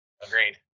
agreed